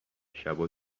شبا